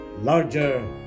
larger